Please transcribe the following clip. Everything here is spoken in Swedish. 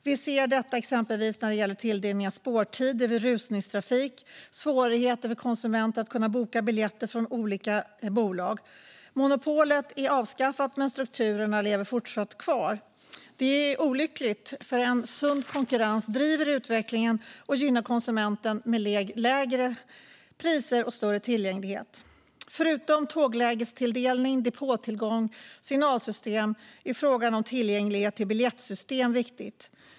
Vi ser detta exempelvis när det gäller tilldelning av spårtider vid rusningstrafik och svårigheter för konsumenter att boka biljetter från olika bolag. Monopolet är avskaffat, men strukturerna lever fortsatt kvar. Detta är olyckligt. En sund konkurrens driver utvecklingen och gynnar konsumenten med lägre priser och större tillgänglighet. Förutom tåglägestilldelning, depåtillgång och signalsystem är frågan om tillgänglighet till biljettsystem viktig.